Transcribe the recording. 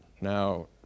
Now